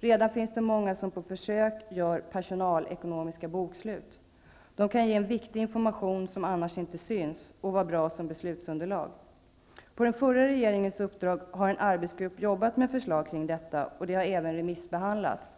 Det finns redan många som på försök gör personalekonomiska bokslut. De kan ge en viktig information som inte syns annars. De kan också vara bra som beslutsunderlag. En arbetsgrupp har arbetat med förslag kring detta på den förra regeringens uppdrag. Förslaget har även remissbehandlats.